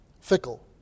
Fickle